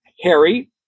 Harry